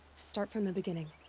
start from the beginning.